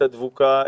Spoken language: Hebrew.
את הדבוקה,